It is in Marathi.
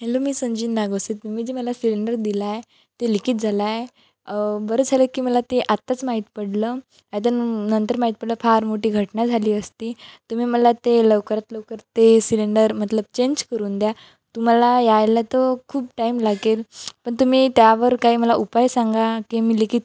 हॅलो मी संजीन नॅगोसित मी मी जे मला सिलेंडर दिला आहे तो लिकेज झाला आहे बरं झालं की मला ते आत्ताच माहीत पडलं नाही तर नंतर माहीत पडलं फार मोठी घटना झाली असती तुम्ही मला ते लवकरात लवकर ते सिलेंडर मतलब चेंज करून द्या तुम्हाला यायला तर खूप टाईम लागेल पण तुम्ही त्यावर काही मला उपाय सांगा की मी लिकीत